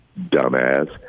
dumbass